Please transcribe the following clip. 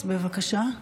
בבקשה.